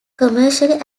commercially